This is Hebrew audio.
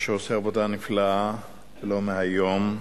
שעושה עבודה נפלאה, לא מהיום,